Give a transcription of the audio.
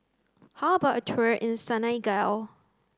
how about a tour in Senegal